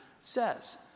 says